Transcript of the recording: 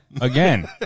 Again